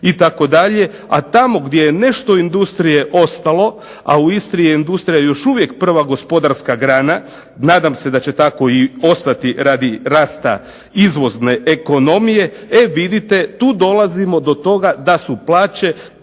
itd., a tamo gdje je nešto industrije ostalo, a u Istri je industrija još uvijek prva gospodarska grana, nadam se da će tako i ostati radi rasta izvozne ekonomije. E vidite tu dolazimo do toga da su plaće